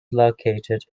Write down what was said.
located